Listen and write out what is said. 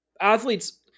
Athletes